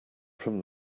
from